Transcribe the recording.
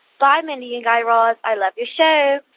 bye, mindy and guy raz. i love your show